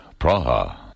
Praha